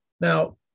Now